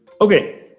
Okay